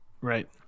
Right